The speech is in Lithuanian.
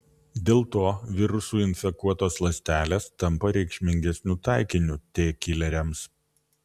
dėl to virusų infekuotos ląstelės tampa reikšmingesniu taikiniu t kileriams